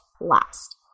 last